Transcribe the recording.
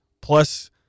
plus